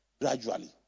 gradually